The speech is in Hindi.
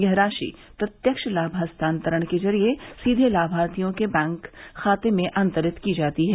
यह राशि प्रत्यक्ष लाभ हस्तांतरण के जरिए सीधे लामार्थियों के बैंक खाते में अंतरित की जाती है